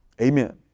Amen